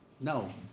No